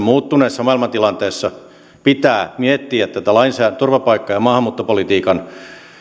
muuttuneessa maailmantilanteessa miettiä tätä turvapaikka ja ja maahanmuuttopolitiikan